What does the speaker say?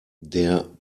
der